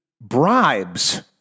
bribes